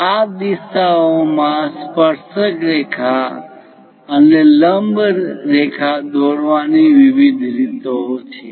આ દિશાઓ માં સ્પર્શક રેખા અને લંબ રેખા દોરવાની વિવિધ રીતો છે